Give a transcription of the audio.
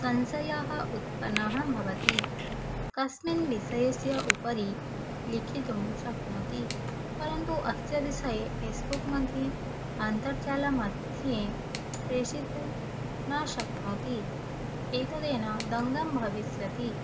संशयः उत्पन्नः भवति कस्मिन् विषयस्य उपरि लिखितुं शक्नोति परन्तु अस्य विषये फ़ेसबुक् मध्ये अन्तर्जालमध्ये प्रेषयितुं न शक्नोति एतदेव दङ्गं भविष्यति